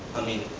i mean,